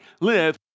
live